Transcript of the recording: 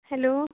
hello